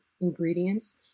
ingredients